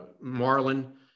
Marlin